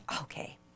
Okay